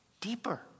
deeper